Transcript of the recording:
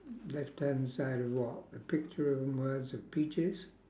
left hand side of what the picture and words of peaches